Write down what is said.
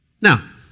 Now